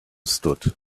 stood